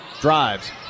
drives